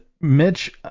Mitch